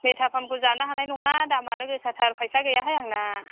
मिथा पानखौ जानो हानाय नङा दामानो गोसाथार फायसा गैयाहाय आंना